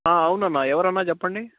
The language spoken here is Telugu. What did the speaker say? అవునన్నా ఎవరన్నా చెప్పండి